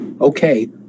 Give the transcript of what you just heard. Okay